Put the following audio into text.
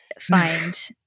find